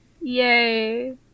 Yay